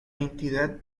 entidad